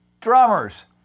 Drummers